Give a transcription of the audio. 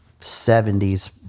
70s